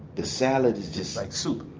the salad is just like soup.